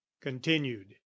Continued